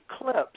eclipse